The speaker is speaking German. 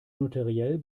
notariell